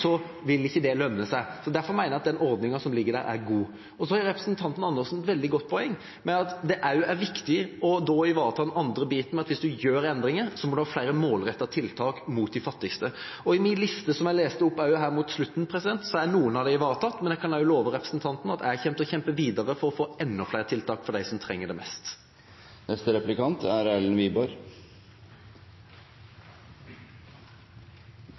så vil ikke det lønne seg. Derfor mener jeg at den ordninga som ligger der, er god. Så har representanten Andersen et veldig godt poeng med at det også er viktig da å ivareta den andre biten med at hvis man gjør endringer, så må man ha flere målrettede tiltak mot de fattigste. I min liste som jeg leste opp her mot slutten, er noen av dem ivaretatt, men jeg kan også love representanten at jeg kommer til å kjempe videre for å få enda flere tiltak for dem som trenger det mest. Kristelig Folkeparti er